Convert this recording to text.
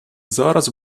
зараз